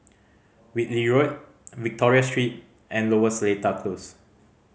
Whitley Road Victoria Street and Lower Seletar Close